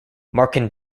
marken